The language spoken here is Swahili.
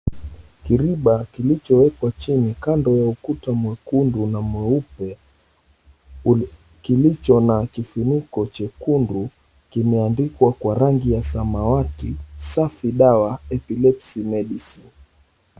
Kiriba kilichowekwa chini kando ya ukuta mwekundu na mweupe, kilicho na kifuniko chekundu kimeandikwa kwa rangi ya samawati, 'Safi Dawa, Epilepsy Medicine'.